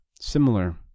Similar